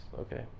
Okay